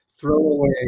throwaway